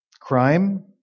crime